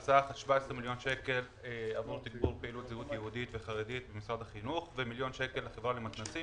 ומיליון שקל לחברה למתנ"סים